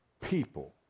people